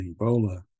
Ebola